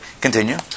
Continue